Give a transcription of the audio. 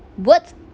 words